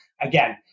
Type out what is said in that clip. Again